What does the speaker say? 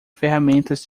ferramentas